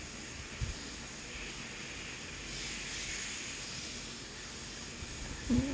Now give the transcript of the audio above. mm